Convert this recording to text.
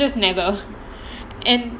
he has just never and